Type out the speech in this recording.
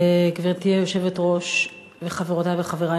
גברתי היושבת-ראש וחברותי וחברי,